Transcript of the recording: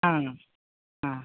ആ ആ